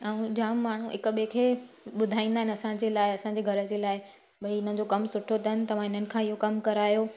ऐं जाम माण्हू हिक ॿिए खे ॿुधाईंदा आहिनि असांजे लाइ असांजे घर जे लाइ भई हिनजो कमु सुठो अथनि तव्हां हिननि खां इहो कमु करायो